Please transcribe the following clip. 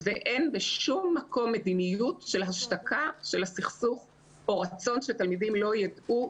ואין בשום מקום מדיניות של השתקה של הסכסוך או רצון שהתלמידים לא יידעו,